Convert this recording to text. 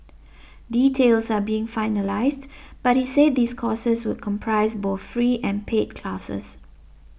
details are being finalised but he said these courses would comprise both free and paid classes